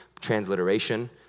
transliteration